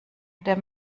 der